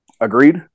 Agreed